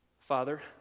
Father